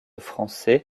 français